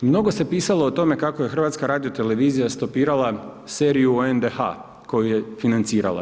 Mnogo se pisalo o tome kako je HRT stopirala seriju o NDH, koji je financirala.